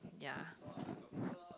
ya